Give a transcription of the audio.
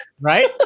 Right